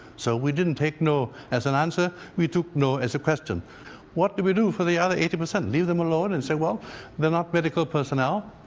so we didn't take no as an answer. we took no as a question what do we do for the other eighty percent leave them alone and say well they're not medical personnel?